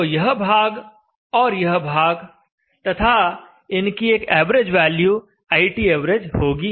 तो यह भाग और यह भाग तथा इनकी एक एवरेज वैल्यू iTav होगी